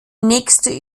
nächste